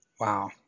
Wow